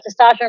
testosterone